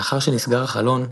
לאחר שנסגר החלון,